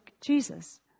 Jesus